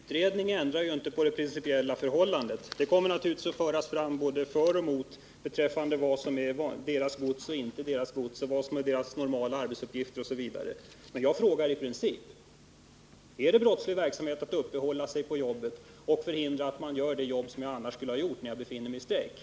Herr talman! Men utredningarna ändrar ju inte på det principiella förhållandet. Det kommer naturligtvis att föras fram argument både för och emot vad som är deras gods och vad som inte är deras gods och vad som är deras normala arbetsuppgifter osv., men jag frågar om det i princip är brottslig verksamhet att uppehålla sig på jobbet och förhindra att någon annan gör det som jag annars skulle ha gjort när jag inte befinner mig i strejk.